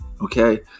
Okay